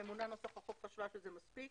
הממונה על נוסח החוק חשבה שזה מספיק,